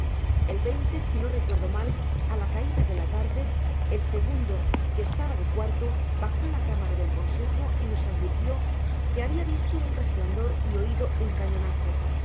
el si no recuerdo mal á la caida de la tarde el segundo que estaba de cuarto bajó á la cámara del consejo y nos advirtió que habia visto un resplandor y oido un cañonazo